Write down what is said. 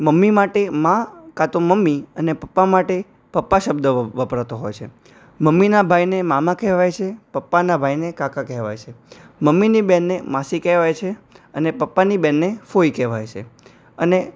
mummy માટે મા કાં તો મમ્મી અને પપ્પા માટે પપ્પા શબ્દ વ વપરાતો હોય છે મમ્મીના ભાઈને મામા કહેવાય છે પપ્પાના ભાઈને કાકા કહેવાય છે મમ્મીની બેનને માસી કહેવાય છે અને પપ્પાની બેનને ફોઈ કહેવાય છે અને